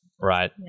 right